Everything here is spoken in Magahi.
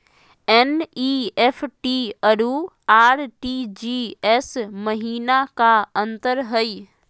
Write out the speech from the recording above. एन.ई.एफ.टी अरु आर.टी.जी.एस महिना का अंतर हई?